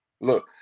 Look